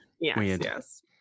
yes